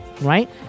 right